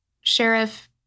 Sheriff